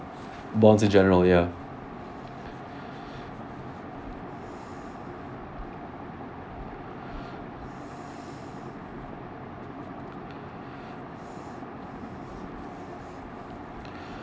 bonds in general ya